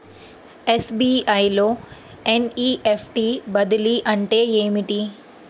SBI లో NEFT బదిలీ అంటే ఏమిటి?